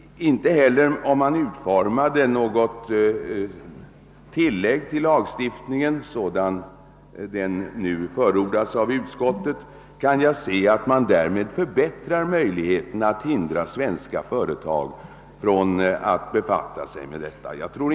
Inte heller om man utformar något tillägg till lagstiftningen sådan den föreslagits av Kungl. Maj:t och förordas av utskottet kan jag se att man därmed förbättrar möjligheterna att hindra svenska företag från att befatta sig med sådan verksamhet.